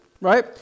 right